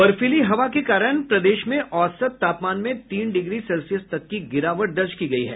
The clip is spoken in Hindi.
बर्फीली हवा के कारण प्रदेश में औसत तापमान में तीन डिग्री सेल्सियस तक की गिरावट दर्ज की गयी है